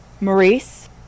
Maurice